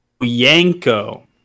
Yanko